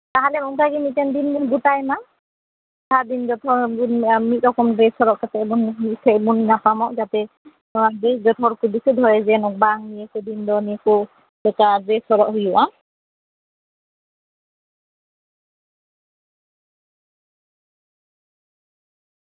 ᱛᱟᱞᱦᱮ ᱚᱱᱠᱟ ᱜᱮ ᱢᱤᱫᱴᱮᱱ ᱫᱤᱱ ᱵᱚᱱ ᱜᱚᱴᱟᱭ ᱢᱟ ᱡᱟᱦᱟᱸ ᱫᱤᱱ ᱫᱚ ᱡᱚᱛᱚ ᱦᱚᱲ ᱢᱤᱫ ᱨᱚᱠᱚᱢ ᱰᱨᱮᱥ ᱦᱚᱨᱚᱜ ᱠᱟᱛᱮ ᱢᱤᱫᱴᱷᱮᱡ ᱵᱚᱱ ᱧᱟᱯᱟᱢᱚᱜ ᱢᱟ ᱡᱟᱛᱮ ᱱᱤᱭᱟᱹ ᱠᱚ ᱫᱤᱱ ᱫᱚ ᱡᱚᱛᱚ ᱦᱚᱲ ᱠᱚ ᱫᱤᱥᱟᱹᱭ ᱵᱟᱝ ᱡᱟᱛᱮ ᱱᱤᱭᱟᱹ ᱠᱚ ᱫᱤᱱ ᱫᱚ ᱱᱤᱭᱟᱹ ᱠᱚ ᱰᱨᱮᱥ ᱦᱚᱨᱚᱜ ᱦᱩᱭᱩᱜᱼᱟ